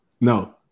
no